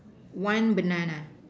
one banana